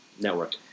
Network